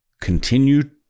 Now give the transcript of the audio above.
continue